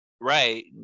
right